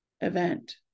event